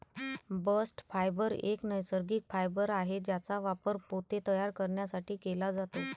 bast fibre एक नैसर्गिक fibre आहे ज्याचा वापर पोते तयार करण्यासाठी केला जातो